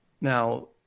Now